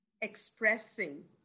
expressing